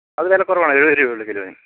അത് വില കുറവാണ് എഴുപത് രൂപയെ ഉള്ളു കിലോന്